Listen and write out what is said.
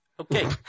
Okay